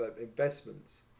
investments